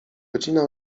godzina